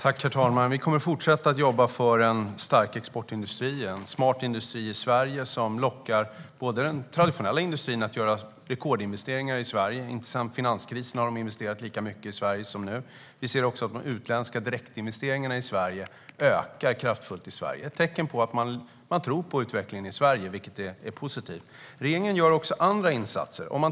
Herr talman! Vi kommer att fortsätta jobba för en stark exportindustri och en smart industri i Sverige som lockar den traditionella industrin att göra rekordinvesteringar här. Det har inte investerats lika mycket sedan finanskrisen som nu. Vi ser även att de utländska direktinvesteringarna i Sverige ökar kraftfullt. Detta är ett tecken på att man tror på utvecklingen i Sverige, vilket är positivt. Regeringen gör även andra insatser.